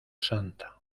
santa